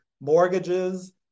mortgages